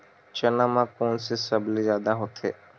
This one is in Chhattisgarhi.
चना म कोन से सबले जादा होथे?